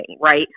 right